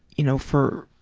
you know for